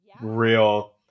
real